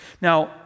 now